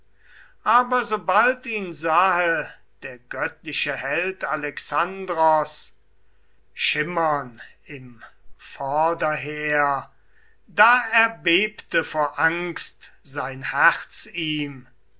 aber sobald ihn sahe der göttliche held alexandros schimmern im vorderheer da erbebte vor angst sein herz ihm